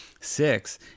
six